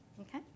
Okay